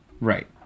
Right